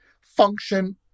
function